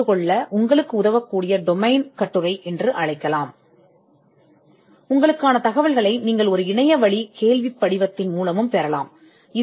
சொல்லுங்கள் நீங்கள் அதை ஒரு டொமைன் கட்டுரை என்று அழைக்கலாம் இதன் மூலம் நீங்கள் புலத்தை நன்கு புரிந்துகொள்வீர்கள்